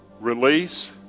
release